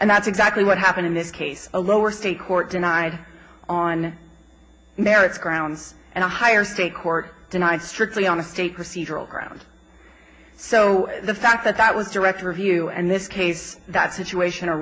and that's exactly what happened in this case a lower state court denied on merits grounds and a higher state court denied strictly on the state procedural grounds so the fact that that was direct review and this case that situation a